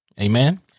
Amen